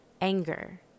anger